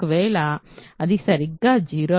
ఒకవేళ అది సరిగ్గా 0 అయితే I అనేది 0Z